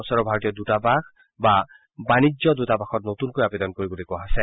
ওচৰৰ ভাৰতীয় দূতাবাস বা বাণিজ্য দূতাবাসত নতুনকৈ আবেদন কৰিবলৈ কোৱা হৈছে